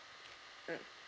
mm